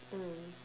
mm